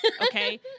Okay